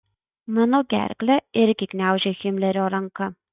mano gerklę irgi gniaužia himlerio ranka